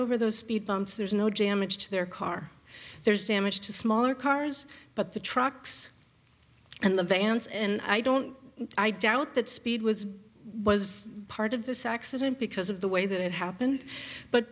over those speed bumps there's no damage to their car there's damage to smaller cars but the trucks and the vans and i don't i doubt that speed was was part of this accident because of the way that it happened but